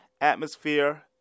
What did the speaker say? atmosphere